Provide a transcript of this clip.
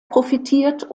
profitiert